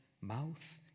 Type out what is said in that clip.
mouth